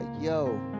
Yo